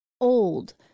old